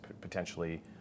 potentially